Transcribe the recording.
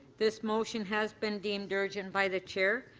this motion has been deemed urgent by the chair.